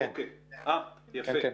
יוגב,